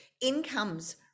incomes